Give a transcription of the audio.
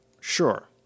Sure